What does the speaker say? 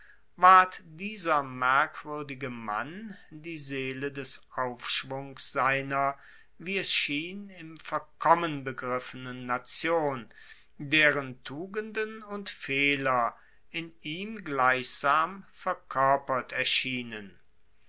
dieser merkwuerdige mann die seele des aufschwungs seiner wie es schien im verkommen begriffenen nation deren tugenden und fehler in ihm gleichsam verkoerpert erschienen